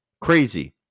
Crazy